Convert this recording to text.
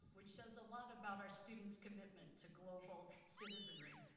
which says a lot about our students' commitment to global citizenry.